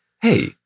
Hey